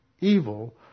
evil